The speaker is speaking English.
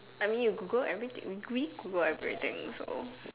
I mean you Google everything gree Google everything so